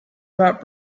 about